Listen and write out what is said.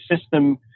system